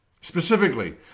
Specifically